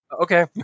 Okay